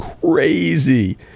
crazy